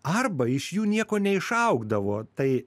arba iš jų nieko neišaugdavo tai